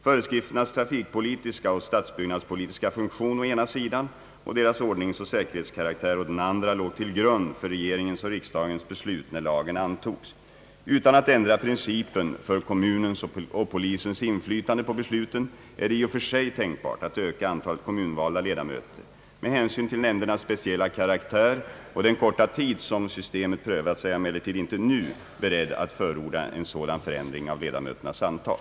Föreskrifternas = trafikpolitiska och stadsbyggnadspolitiska funktion, å ena sidan, och deras ordningsoch säkerhetskaraktär, å den andra, låg till grund för regeringens och riksdagens beslut när lagen antogs. Utan att ändra principen för kommunens och polisens inflytande på besluten är det i och för sig tänkbart att öka antalet kommunvalda ledamöter. Med hänsyn till nämndernas speciella karaktär och den korta tid som systemet prövats är jag emellertid inte nu beredd att förorda en sådan förändring av ledamöternas antal.